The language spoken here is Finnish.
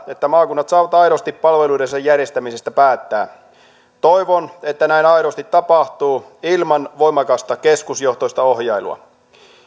että maakunnat saavat aidosti palveluidensa järjestämisestä päättää toivon että näin aidosti tapahtuu ilman voimakasta keskusjohtoista ohjailua